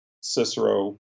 Cicero